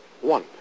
one